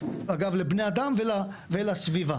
אגב לבני אדם ולסביבה.